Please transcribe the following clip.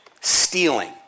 Stealing